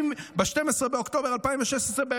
ב-12 באוקטובר 2016,